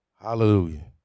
Hallelujah